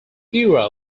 ira